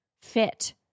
fit